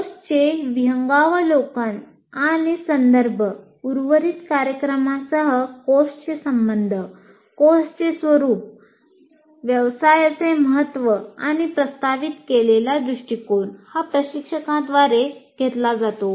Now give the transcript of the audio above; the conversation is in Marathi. कोर्सचे विहंगावलोकन आणि संदर्भ उर्वरित कार्यक्रमासह कोर्सचे संबंध कोर्सचे स्वरूप व्यवसायाचे महत्त्व आणि प्रस्तावित केलेला दृष्टीकोन हा प्रशिक्षकाद्वारे घेतला जातो